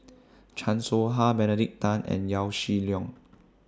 Chan Soh Ha Benedict Tan and Yaw Shin Leong